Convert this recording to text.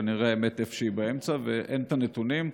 כנראה האמת היא איפשהו באמצע, ואין את הנתונים,